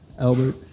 Albert